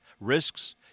risks